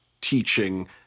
teaching